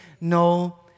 no